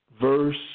verse